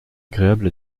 agréable